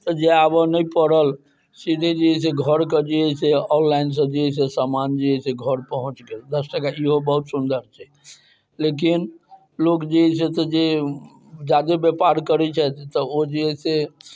जाइ आबऽ नहि पड़ल सीधे जे हइ से घरके जे हइ से ऑनलाइनसँ जे हइ से समान जे हइ से घर पहुँच गेल दस टका इहो बहुत सुन्दर छै लेकिन लोक जे हइ से जे ज्यादे बेपार करै छथि तऽ ओ जे हइ से